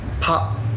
pop